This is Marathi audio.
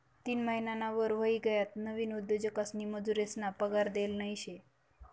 तीन महिनाना वर व्हयी गयात नवीन उद्योजकसनी मजुरेसना पगार देल नयी शे